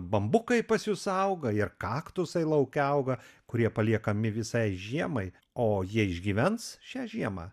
bambukai pas jus auga ir kaktusai lauke auga kurie paliekami visai žiemai o jie išgyvens šią žiemą